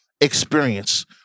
experience